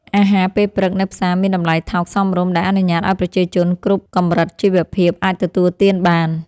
អាហារពេលព្រឹកនៅផ្សារមានតម្លៃថោកសមរម្យដែលអនុញ្ញាតឱ្យប្រជាជនគ្រប់កម្រិតជីវភាពអាចទទួលទានបាន។